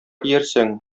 иярсәң